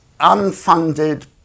unfunded